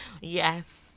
yes